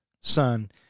son